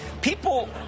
People